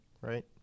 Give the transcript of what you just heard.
right